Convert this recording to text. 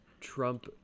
Trump